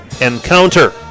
encounter